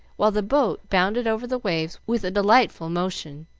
while the boat bounded over the waves with a delightful motion,